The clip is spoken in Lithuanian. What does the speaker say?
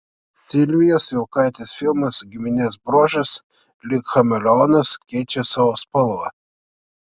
silvijos vilkaitės filmas giminės bruožas lyg chameleonas keičia savo spalvą